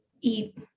eat